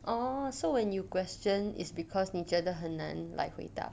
oh so when you question is because 你觉得很难 like 回答